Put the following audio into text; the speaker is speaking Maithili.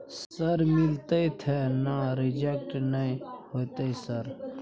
सर मिलते थे ना रिजेक्ट नय होतय सर?